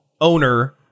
owner